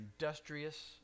industrious